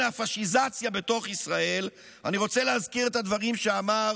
הפשיזציה בתוך ישראל אני רוצה להזכיר את הדברים שאמר